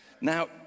Now